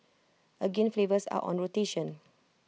again flavours are on rotation